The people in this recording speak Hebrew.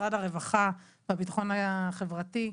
משרד הרווחה והביטחון החברתי,